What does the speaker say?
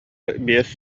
биэс